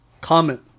comment